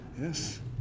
yes